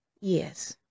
yes